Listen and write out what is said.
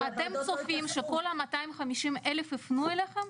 אתם צופים שכל ה-250 אלף יפנו אליכם?